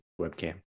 webcam